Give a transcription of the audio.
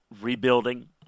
rebuilding